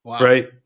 Right